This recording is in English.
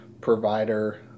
provider